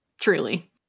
truly